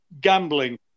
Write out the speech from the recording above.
gambling